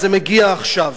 זה מגיע עכשיו.